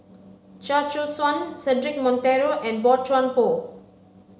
Chia Choo Suan Cedric Monteiro and Boey Chuan Poh